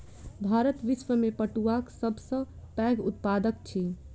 भारत विश्व में पटुआक सब सॅ पैघ उत्पादक अछि